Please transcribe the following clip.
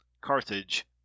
Carthage